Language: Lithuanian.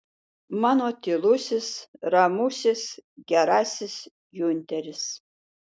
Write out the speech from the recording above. mano tylusis ramusis gerasis giunteris